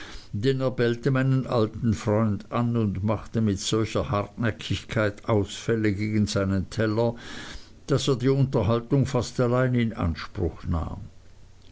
meinen alten freund an und machte mit solcher hartnäckigkeit ausfälle gegen seinen teller daß er die unterhaltung fast allein in anspruch nahm